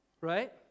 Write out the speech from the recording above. right